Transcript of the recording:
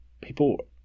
People